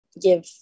give